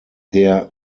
der